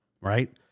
Right